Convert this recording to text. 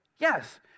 Yes